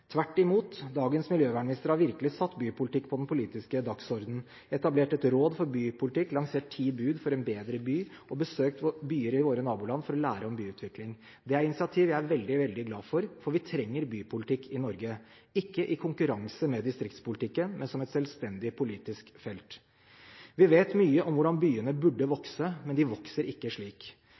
Tvert imot: Dagens miljøvernminister har virkelig satt bypolitikk på den politiske dagsordenen, etablert et råd for bypolitikk, lansert ti bud for en bedre by og besøkt byer i våre naboland for å lære om byutvikling. Det er initiativ jeg er veldig glad for, for vi trenger bypolitikk i Norge – ikke i konkurranse med distriktspolitikken, men som et selvstendig politisk felt. Vi vet mye om hvordan byene burde vokse, men de vokser ikke slik.